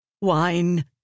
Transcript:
Wine